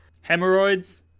Hemorrhoids